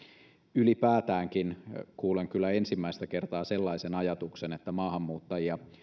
ylipäätäänkin kuulen kyllä ensimmäistä kertaa sellaisen ajatuksen että maahanmuuttajia